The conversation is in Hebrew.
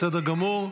בסדר גמור.